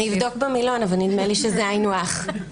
אני אבדוק במילון, אבל נדמה לי שזה היינו הך.